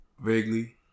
Vaguely